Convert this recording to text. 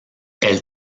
elle